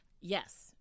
Yes